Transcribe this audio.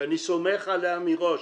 שאני סומך עליה מראש.